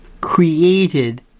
created